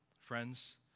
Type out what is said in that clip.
Friends